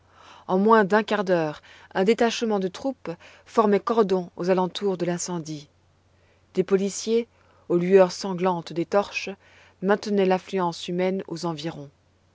en moins d'un quart d'heure un détachement de troupes formait cordon aux alentours de l'incendie des policiers aux lueurs sanglantes des torches maintenaient l'affluence humaine aux environs